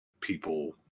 people